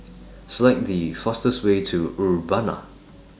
Select The fastest Way to Urbana